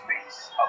Space